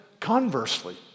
Conversely